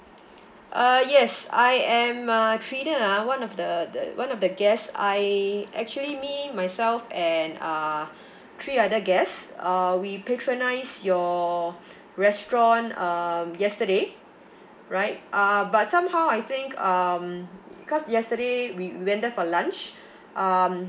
uh yes I am uh trina ah one of the the one of the guest I actually me myself and uh three other guests uh we patronised your restaurant um yesterday right uh but somehow I think um because yesterday we we went there for lunch um